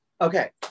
Okay